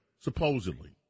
supposedly